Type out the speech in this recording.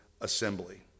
assembly